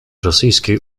rosyjskiej